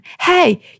Hey